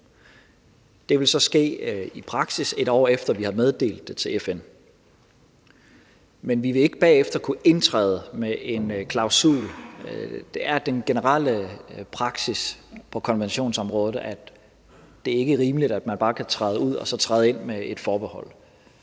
Det vil så i praksis ske, 1 år efter vi har meddelt det til FN. Men vi vil ikke bagefter kunne indtræde med en klausul. Det er den generelle praksis på konventionsområdet, at det ikke er rimeligt, at man bare kan træde ud og så træde ind med et forbehold.